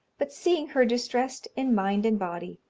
but seeing her distressed in mind and body,